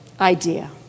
idea